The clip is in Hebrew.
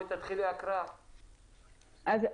תתחילי בהקראה, בבקשה.